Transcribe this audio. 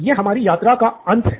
यह हमारी यात्रा का अंत है